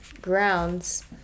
grounds